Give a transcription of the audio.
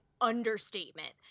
understatement